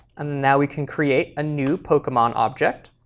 and now we can create a new pokemon object.